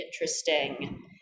interesting